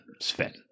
Sven